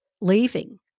leaving